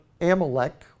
Amalek